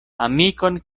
amikon